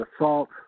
assault